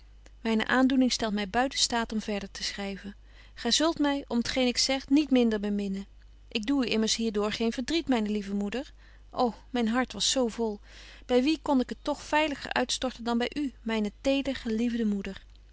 myne aandoening stelt my buiten staat om verder te schryven gy zult my om t geen ik zeg niet minder beminnen ik doe u immers hier door geen verdriet myne lieve moeder ô myn hart was zo vol by wie kon ik het toch veiliger uitstorten dan by u myne tedergeliefde moeder